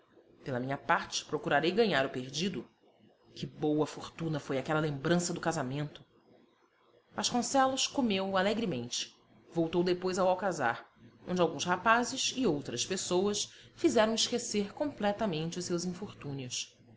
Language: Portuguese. pela minha parte procurarei ganhar o perdido que boa fortuna foi aquela lembrança do casamento vasconcelos comeu alegremente voltou depois ao alcazar onde alguns rapazes e outras pessoas fizeram esquecer completamente os seus infortúnios